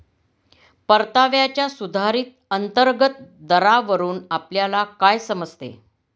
परताव्याच्या सुधारित अंतर्गत दरावरून आपल्याला काय समजते?